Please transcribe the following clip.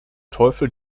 teufel